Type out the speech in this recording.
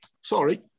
Sorry